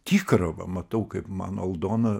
tikra va matau kaip mano aldona